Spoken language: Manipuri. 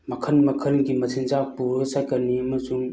ꯃꯈꯜ ꯃꯈꯜꯒꯤ ꯃꯆꯤꯟꯖꯥꯛ ꯄꯨꯔ ꯆꯠꯀꯅꯤ ꯑꯃꯁꯨꯡ